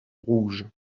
rouge